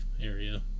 area